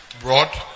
broad